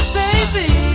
baby